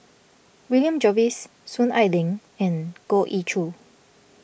William Jervois Soon Ai Ling and Goh Ee Choo